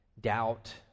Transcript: doubt